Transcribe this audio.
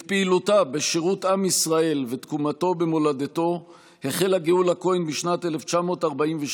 את פעילותה בשירות עם ישראל ותקומתו במולדתו החלה גאולה כהן בשנת 1942,